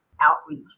outreach